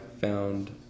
found